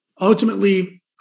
ultimately